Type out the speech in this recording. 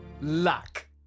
Luck